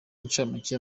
incamake